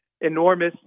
enormous